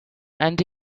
and